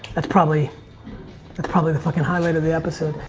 that's probably that's probably the fuckin' highlight of the episode.